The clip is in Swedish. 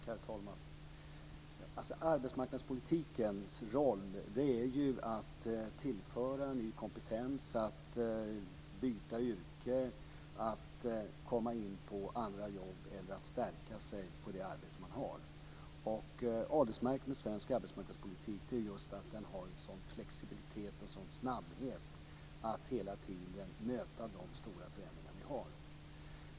Herr talman! Arbetsmarknadspolitikens roll är att tillföra ny kompetens, att underlätta för människor att byta yrke så att de kommer in på andra jobb eller att stärka människor i det arbete som de har. Adelsmärket i svensk arbetsmarknadspolitik är att den har en sådan flexibilitet och snabbhet att den hela tiden kan möta de stora förändringar som sker.